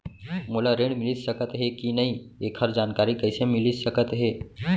मोला ऋण मिलिस सकत हे कि नई एखर जानकारी कइसे मिलिस सकत हे?